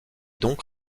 donc